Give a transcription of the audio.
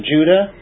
Judah